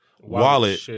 wallet